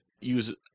use